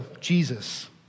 Jesus